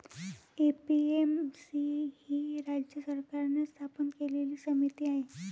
APMC ही राज्य सरकारने स्थापन केलेली समिती आहे